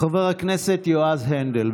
חבר הכנסת יועז הנדל,